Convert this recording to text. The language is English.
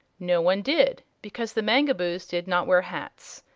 no one did, because the mangaboos did not wear hats,